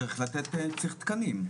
צריך תקנים.